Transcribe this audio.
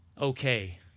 okay